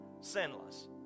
sinless